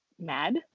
mad